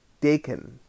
Dakin